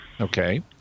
Okay